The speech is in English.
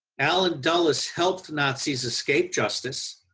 allen dulles helped nazi's escape justice.